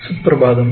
സുപ്രഭാതം